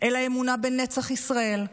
אלא אמונה בנצח ישראל,